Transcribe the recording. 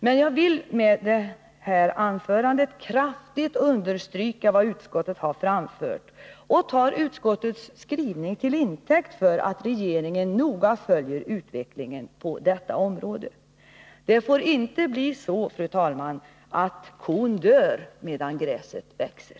Men jag vill med det här anförandet kraftigt understryka vad utskottet har anfört och tar utskottets skrivning till intäkt för att regeringen noga följer utvecklingen på detta område. Det får inte bli så, fru talman, att kon dör medan gräset växer!